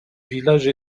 village